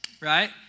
right